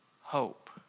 hope